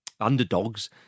underdogs